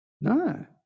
no